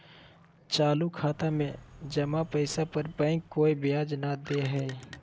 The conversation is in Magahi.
चालू खाता में जमा पैसा पर बैंक कोय ब्याज नय दे हइ